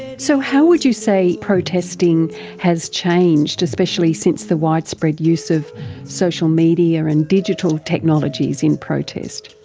so how would you say protesting has changed, especially since the widespread use of social media and digital technologies in protest?